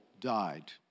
died